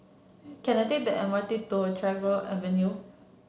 can I take the M R T to Tagore Avenue